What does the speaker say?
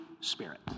spirit